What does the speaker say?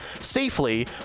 safely